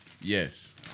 Yes